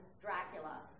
Dracula